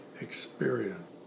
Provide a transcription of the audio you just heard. experience